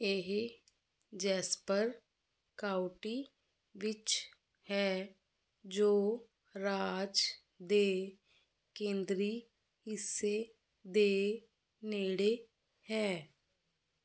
ਇਹ Jasper county ਵਿੱਚ ਹੈ ਜੋ ਰਾਜ ਦੇ ਕੇਂਦਰੀ ਹਿੱਸੇ ਦੇ ਨੇੜੇ ਹੈ